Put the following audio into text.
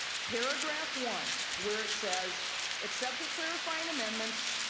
paragraph one where it says except for clarifying amendments,